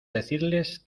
decirles